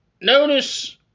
notice